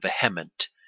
vehement